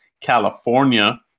California